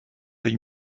œil